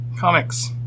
Comics